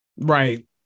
right